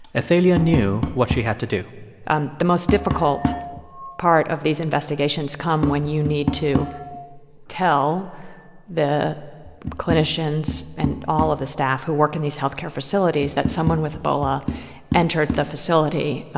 athalia knew what she had to do and the most difficult part of these investigations come when you need to tell the clinicians and all of the staff who work in these health care facilities that someone with ebola entered the facility.